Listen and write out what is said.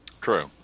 True